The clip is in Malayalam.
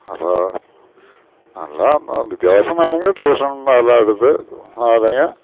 അപ്പോൾ നല്ല വിദ്യാഭ്യാസം വേണം എങ്കിൽ ട്യൂഷൻ നല്ല എടുത്ത് അല്ലെങ്കിൽ